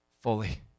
fully